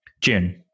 June